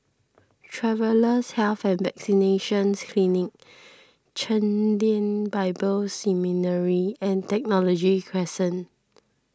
Travellers' Health and Vaccination Clinic Chen Lien Bible Seminary and Technology Crescent